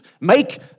make